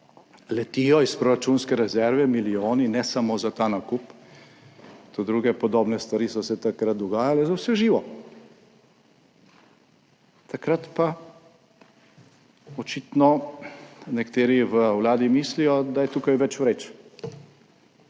letijo iz proračunske rezerve milijoni, ne samo za ta nakup, tudi druge podobne stvari so se takrat dogajale, za vse živo. Takrat pa očitno nekateri v Vladi mislijo, da je tukaj več vreč.